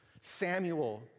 Samuel